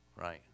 Right